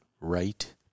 right